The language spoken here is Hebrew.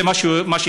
זה מה שהבנו,